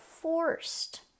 forced